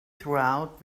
throughout